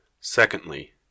Secondly